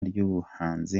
ry’ubuhanzi